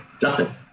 Justin